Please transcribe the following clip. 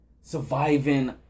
surviving